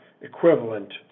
equivalent